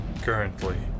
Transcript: Currently